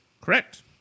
Correct